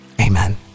Amen